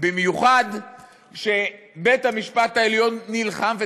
במיוחד שבית-המשפט העליון נלחם,